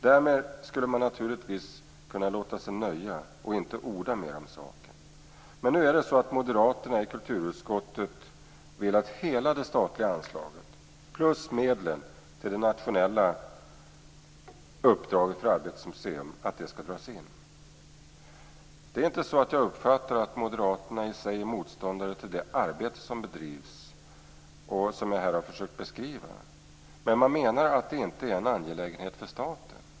Därmed skulle man kunna låta sig nöjas och inte orda mer om saken. Men Moderaterna i kulturutskottet vill att hela det statliga anslaget plus medlen till det nationella uppdraget för Arbetets museum skall dras in. Jag uppfattar inte att Moderaterna är motståndare till det arbete som bedrivs och som jag har försökt att beskriva här. Men de menar att detta inte är en angelägenhet för staten.